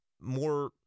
more